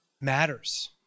matters